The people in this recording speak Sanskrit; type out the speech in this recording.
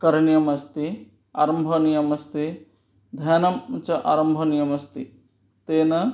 करणीयः अस्ति आरम्भणीयः अस्ति ध्यानं च आरम्भणीयम् अस्ति तेन